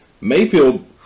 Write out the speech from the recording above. Mayfield